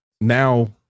now